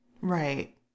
Right